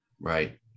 Right